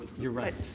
you're right.